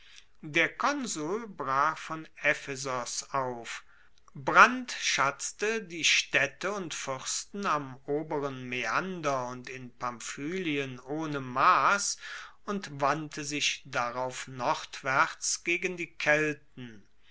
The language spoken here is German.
der konsul brach von ephesos auf brandschatzte die staedte und fuersten am oberen maeander und in pamphylien ohne mass und wandte sich darauf nordwaerts gegen die kelten